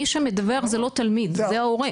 מי שמדווח זה לא תלמיד, זה ההורה.